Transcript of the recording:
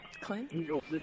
Clint